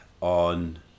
on